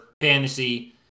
fantasy